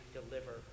deliver